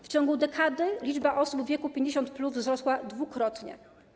W ciągu dekady liczba osób w wieku 50+ wzrosła dwukrotnie.